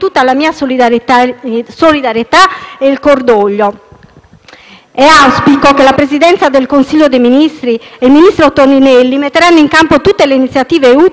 e auspico che la Presidenza del Consiglio dei ministri e il ministro Toninelli mettano in campo tutte le iniziative utili per dare conforto e sostegno alle popolazioni colpite.